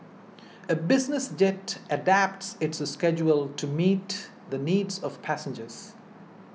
a business jet adapts its schedule to meet the needs of passengers